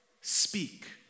Speak